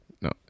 No